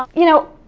you know,